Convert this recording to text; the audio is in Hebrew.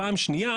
פעם שנייה